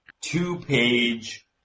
two-page